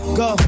go